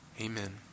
Amen